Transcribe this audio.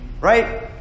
right